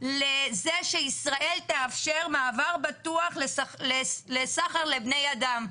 לזה שישראל תאפשר מעבר בטוח לסחר לבני אדם,